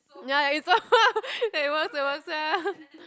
ya it's like what's the worst sia